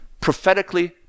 prophetically